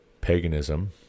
paganism